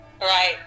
Right